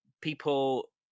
people